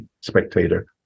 spectator